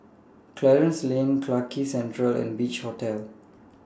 Clarence Lane Clarke Quay Central and Beach Hotel